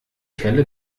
kelle